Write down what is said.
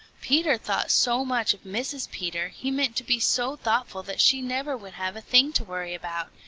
peter thought so much of mrs. peter, he meant to be so thoughtful that she never would have a thing to worry about.